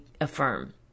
affirm